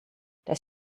das